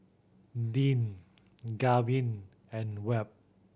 Deane Gavin and Webb